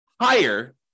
higher